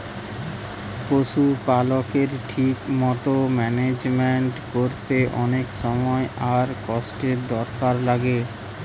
পশুপালকের ঠিক মতো ম্যানেজমেন্ট কোরতে অনেক সময় আর কষ্টের দরকার লাগে